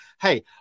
hey